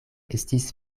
estis